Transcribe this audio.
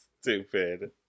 Stupid